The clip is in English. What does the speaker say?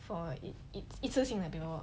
for it it's 一次性的 lor